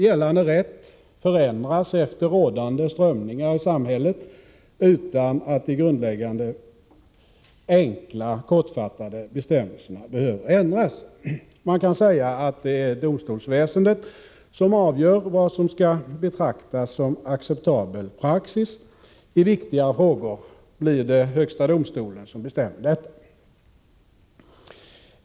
Gällande rätt förändras efter rådande strömningar i samhället utan att de grundläggande enkla och kortfattade bestämmelserna behöver ändras. Man kan säga att det är domstolsväsendet som avgör vad som skall betraktas som acceptabel praxis. I viktigare frågor blir det högsta domstolen som bestämmer detta.